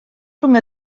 rhwng